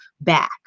back